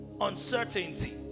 uncertainty